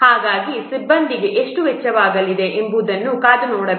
ಹಾಗಾಗಿ ಸಿಬ್ಬಂದಿಗೆ ಎಷ್ಟು ವೆಚ್ಚವಾಗಲಿದೆ ಎಂಬುದನ್ನು ಕಾದು ನೋಡಬೇಕು